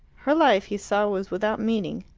her life, he saw, was without meaning.